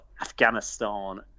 Afghanistan